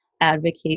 advocate